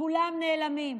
כולם נעלמים,